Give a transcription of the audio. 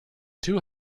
two